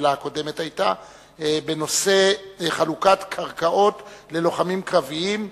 השאלה הקודמת היתה בנושא חלוקת קרקעות ללוחמים קרביים.